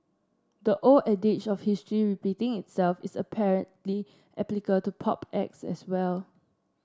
the old adage of history repeating itself is apparently applicable to pop acts as well